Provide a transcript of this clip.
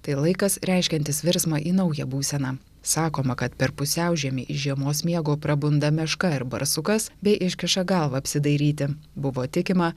tai laikas reiškiantis virsmą į naują būseną sakoma kad per pusiaužiemį iš žiemos miego prabunda meška ir barsukas bei iškiša galvą apsidairyti buvo tikima